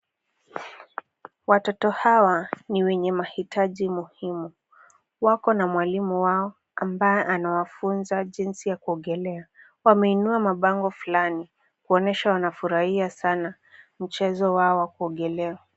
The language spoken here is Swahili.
Watoto hawa ni wenye mahitaji muhiimu. Wako na mwalimu wao ambaye anawafunza jinsi ya kuogelea. Wameinua mabango fulani kuonyesha wanafurahia sana mchezo wao wa kuogelea.